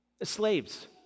Slaves